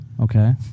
Okay